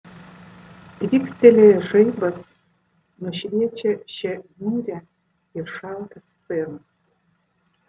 tvykstelėjęs žaibas nušviečia šią niūrią ir šaltą sceną